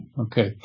Okay